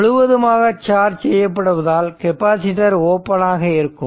முழுவதுமாக சார்ஜ் செய்யப்படுவதால் கெப்பாசிட்டர் ஓப்பனாக இருக்கும்